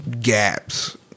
gaps